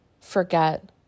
forget